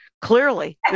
Clearly